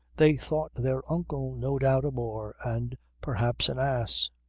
they thought their uncle no doubt a bore and perhaps an ass.